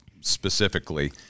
specifically